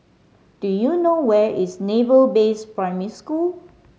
do you know where is Naval Base Primary School